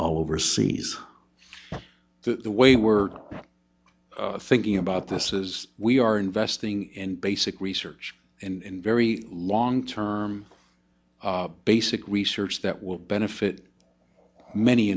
overseas the way we're thinking about this is we are investing in basic research in very long term basic research that will benefit many